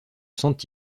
sentent